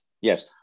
Yes